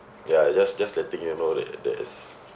ya just just letting you know that there's